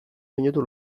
minutu